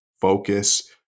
focus